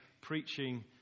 preaching